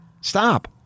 Stop